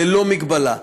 ללא הגבלה.